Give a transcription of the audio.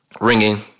ringing